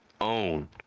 own